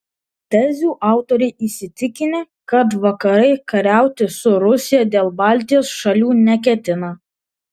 tezių autoriai įsitikinę kad vakarai kariauti su rusija dėl baltijos šalių neketina